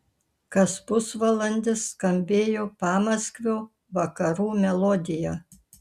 kas pusvalandis skambėjo pamaskvio vakarų melodija